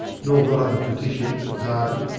nor got up a petition for pardon,